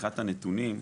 מבחינת הנתונים,